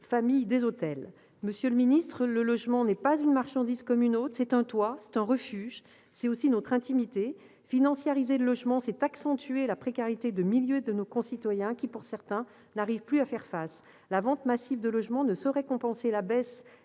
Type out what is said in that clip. familles des hôtels. Monsieur le ministre, le logement n'est pas une marchandise comme une autre. C'est un toit, c'est un refuge, c'est aussi notre intimité ... Financiariser le logement, c'est accentuer la précarité de milliers de nos concitoyens qui, pour certains, n'arrivent plus à faire face. La vente massive de logements ne saurait compenser la baisse